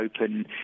open